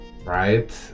right